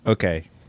Okay